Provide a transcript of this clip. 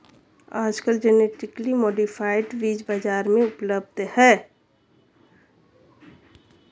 आजकल genetically modified बीज बाजार में उपलब्ध है